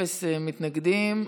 אין מתנגדים.